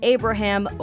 Abraham